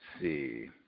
see